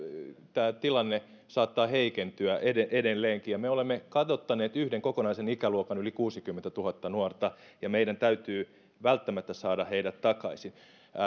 tämä tilanne saattaa heikentyä edelleenkin me olemme kadottaneet yhden kokonaisen ikäluokan yli kuusikymmentätuhatta nuorta ja meidän täytyy välttämättä saada heidät takaisin